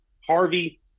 Harvey